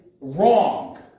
wrong